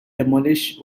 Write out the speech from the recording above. demolish